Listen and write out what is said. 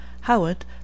Howard